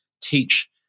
teach